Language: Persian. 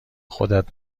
خودت